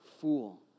fool